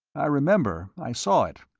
i remember. i saw it.